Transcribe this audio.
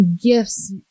gifts